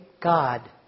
God